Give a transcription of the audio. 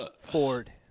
Ford